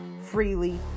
freely